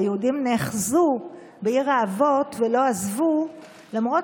והיהודים נאחזו בעיר האבות ולא עזבו למרות